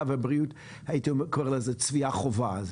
ובריאות הייתי קורא לזה צפיית חובה.